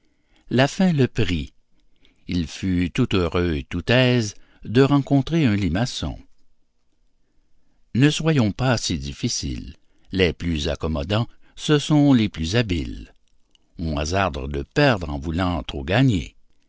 la faim le prit il fut tout heureux et tout aise de rencontrer un limaçon ne soyons pas si difficiles les plus accommodants ce sont les plus habiles on hasarde de perdre en voulant trop gagner